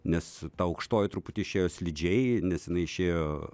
nes ta aukštoji truputį išėjo slidžiai nes jinai išėjo